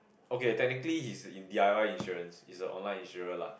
okay technically he's in D_I_Y insurance it's a online insurer lah